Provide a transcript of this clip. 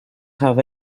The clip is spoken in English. have